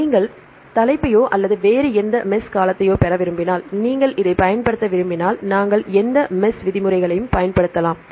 நீங்கள் தலைப்பையோ அல்லது வேறு எந்த MESH காலத்தையோ பெற விரும்பினால் விதிமுறைகளையும் பயன்படுத்தலாம்